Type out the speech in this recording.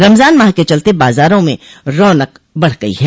रमजान माह के चलते बाजारों में रौनक बढ़ गयी है